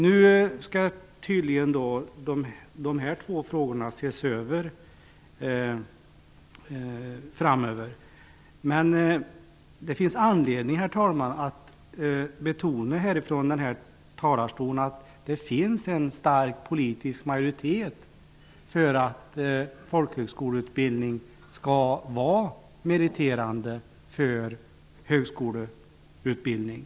Nu skall tydligen detta ses över. Men det finns anledning, herr talman, att från talarstolen betona att det finns em stark politisk majoritet för att folkhögskoleutbildning skall vara meriterande för högskoleutbildning.